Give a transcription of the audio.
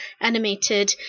animated